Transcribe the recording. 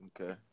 Okay